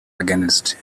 against